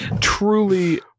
truly